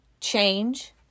change